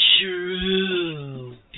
True